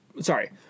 Sorry